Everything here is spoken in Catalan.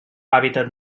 hàbitat